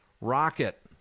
Rocket